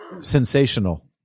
sensational